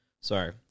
sorry